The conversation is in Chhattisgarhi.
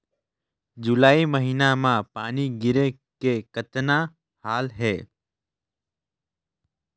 जुलाई महीना म पानी गिरे के कतना हाल हे?